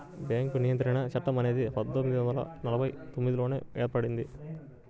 bank నియంత్రణ చట్టం అనేది పందొమ్మిది వందల నలభై తొమ్మిదిలోనే ఏర్పడింది